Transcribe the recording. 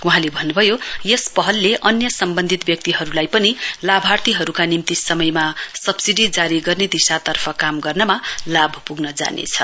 वहाँले भन्नभयो यस पहलले अन्य सम्बन्धित व्यक्तिहरूलाई पनि लाभार्थीहरूका निम्ति समयमा सब्सिडी जारी गर्ने दिर्शातर्फ काम गर्नमा लाभ पुग्न जानेछ